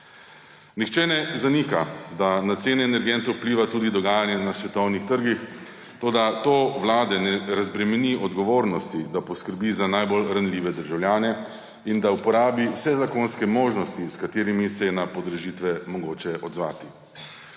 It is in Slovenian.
Nihče ne zanika, da na cene energentov vpliva tudi dogajanje na svetovnih trgih, toda to vlade ne razbremeni odgovornosti, da poskrbi za najbolj ranljive državljane in da uporabi vse zakonske možnosti, s katerimi se je na podražitve mogoče odzvati.